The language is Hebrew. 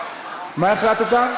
מה החלטת?